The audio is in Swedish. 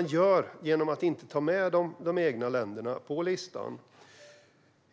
När man inte tar med de egna länderna på listan